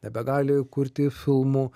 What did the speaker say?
nebegali kurti filmų